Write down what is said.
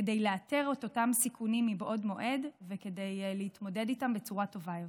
לאתר את אותם סיכונים מבעוד מועד ולהתמודד איתם בצורה טובה יותר.